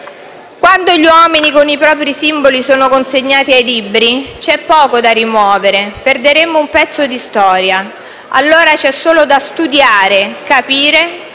Quando gli uomini, con i propri simboli, sono consegnati ai libri c'è poco da rimuovere: perderemmo un pezzo di storia. C'è solo da studiare e capire